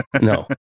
no